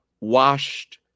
washed